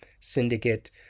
syndicate